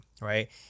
right